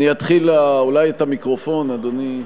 אולי את המיקרופון, אדוני,